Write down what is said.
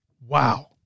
Wow